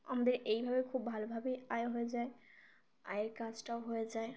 আমাদের এই ভাবে খুব ভালো ভাবেই আয় হয়ে যায় আয়ের কাজটাও হয়ে যায়